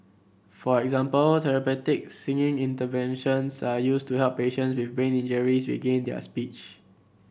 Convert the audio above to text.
for example therapeutic singing interventions are used to help patient with brain injuries regain their speech